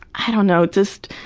i don't know, just,